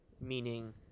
meaning